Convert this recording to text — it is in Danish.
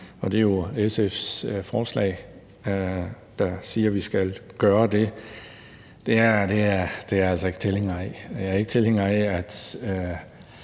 det er jo SF's forslag, der siger, at vi skal gøre det. Det er jeg altså ikke tilhænger af.